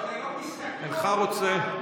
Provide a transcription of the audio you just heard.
כשלא מסתכלות,